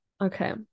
okay